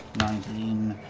nineteen,